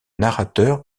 narrateur